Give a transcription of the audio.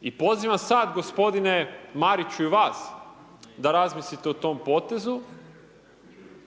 I pozivam sad gospodine Mariću i vas da razmislite o tom potezu,